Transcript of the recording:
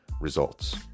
results